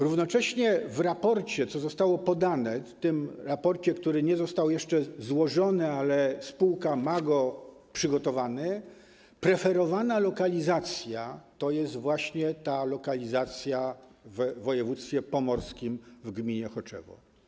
Równocześnie w raporcie, co zostało podane, w tym raporcie, który nie został jeszcze złożony, ale spółka ma przygotowany, preferowana lokalizacja to jest właśnie lokalizacja w województwie pomorskim, w gminie Choczewo.